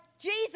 Jesus